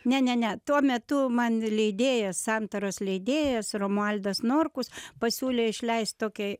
ne ne ne tuo metu man leidėjas santaros leidėjas romualdas norkus pasiūlė išleist tokią